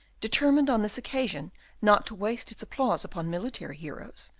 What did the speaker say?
determined on this occasion not to waste its applause upon military heroes,